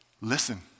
listen